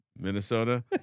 Minnesota